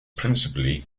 principally